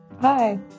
Hi